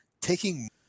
taking